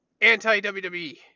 anti-WWE